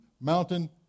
Mountain